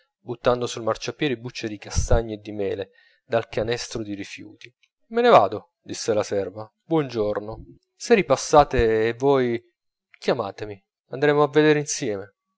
buttando sul marciapiedi bucce di castagne e di mele dal canestro dei rifiuti me ne vado disse la serva buongiorno se ripassate e voi chiamatemi andremo a vedere insieme